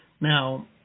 now